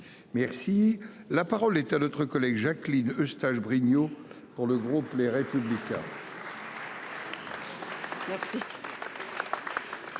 Merci la parole est à notre collègue Jacqueline Eustache-Brinio pour le groupe Les Républicains.